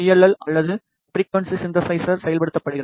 L அல்லது frequency synthesizer செயல்படுத்தப்படுகிறது